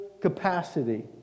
capacity